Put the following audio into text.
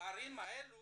בערים אלו